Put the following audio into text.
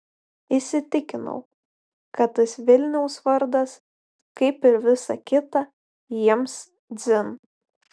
įsitikinau kad tas vilniaus vardas kaip ir visa kita jiems dzin